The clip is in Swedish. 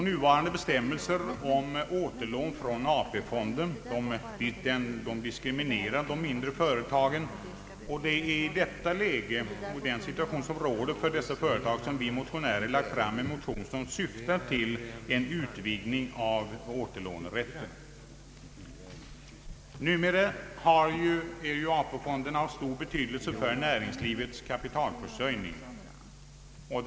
Nuvarande bestämmelser om återlån från AP-fonderna diskriminerar de mindre företagen. Det var i detta läge och med tanke på den situation som råder för de mindre företagen som vi motionärer lade fram en motion som syftar till utvidgning av återlånerätten. Numera är AP-fonderna av stor be tydelse för näringslivets kapitalförsörjning.